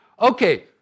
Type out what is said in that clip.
Okay